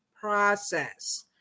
process